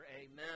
Amen